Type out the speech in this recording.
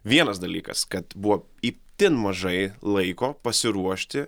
vienas dalykas kad buvo itin mažai laiko pasiruošti